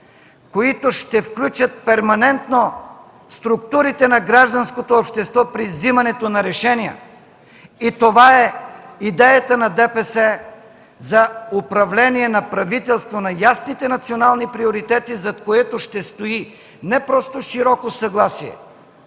които ще включат перманентно структурите на гражданското общество при взимането на решения. Това е идеята на ДПС за управление на правителство на ясните национални приоритети, зад които ще стои не просто широко политическо